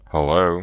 Hello